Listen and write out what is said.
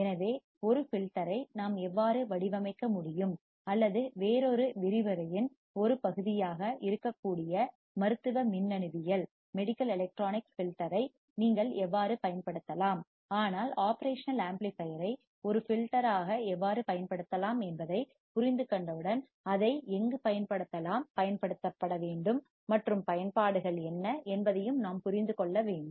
எனவே ஒரு ஃபில்டர் ஐ நாம் எவ்வாறு வடிவமைக்க முடியும் அல்லது வேறொரு விரிவுரையின் ஒரு பகுதியாக இருக்கக்கூடிய மருத்துவ மின்னணுவியல் மெடிக்கல் எலக்ட்ரானிக்ஸ் ஃபில்டர்யை நீங்கள் எவ்வாறு பயன்படுத்தலாம் ஆனால் ஒப்ரேஷனல் ஆம்ப்ளிபையர் ஐ ஒரு ஃபில்டர் ஆக எவ்வாறு பயன்படுத்தலாம் என்பதைப் புரிந்துகொண்டவுடன் அதை எங்கு பயன்படுத்தலாம் பயன்படுத்தப்பட வேண்டும் மற்றும் பயன்பாடுகள் என்ன என்பதை நாம் புரிந்து கொள்ள வேண்டும்